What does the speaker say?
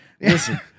Listen